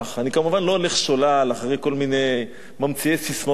אני כמובן לא הולך שולל אחרי כל מיני ממציאי ססמאות.